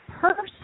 person